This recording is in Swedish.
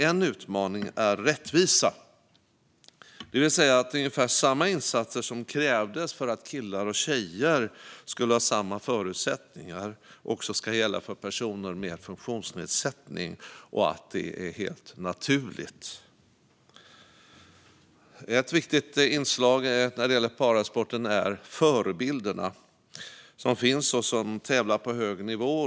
En utmaning är rättvisa, det vill säga att ungefär samma insatser som krävdes för att killar och tjejer skulle ha samma förutsättningar också ska gälla för personer med funktionsnedsättning - och att det är helt naturligt. Ett viktigt inslag i parasporten är de förebilder som finns och som tävlar på hög nivå.